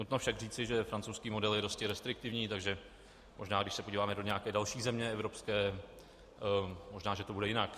Nutno však říci, že francouzský model je dosti restriktivní, takže možná když se podíváme do nějaké další země evropské, možná to bude jinak.